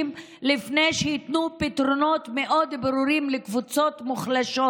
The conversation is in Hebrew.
לפני שייתנו פתרונות מאוד ברורים לקבוצות מוחלשות,